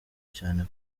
cyane